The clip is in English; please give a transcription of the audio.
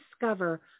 discover